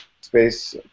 space